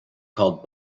called